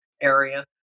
area